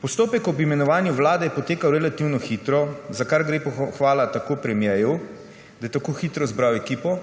Postopek ob imenovanju vlade je potekal relativno hitro, za kar gre pohvala premierju, da je tako hitro zbral ekipo,